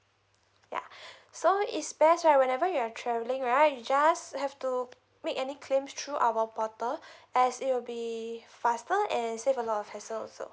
yeah so it's best right whenever you're travelling right you just have to make any claims through our portal as it will be faster and save a lot of hassle so